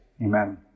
Amen